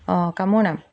অ' কাৰ মোৰ নাম